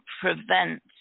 prevent